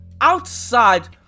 outside